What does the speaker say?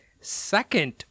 second